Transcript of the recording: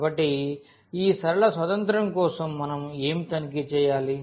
కాబట్టి ఈ సరళ స్వాతంత్య్రం కోసం మనం ఏమి తనిఖీ చేయాలి